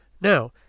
Now